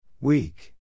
Weak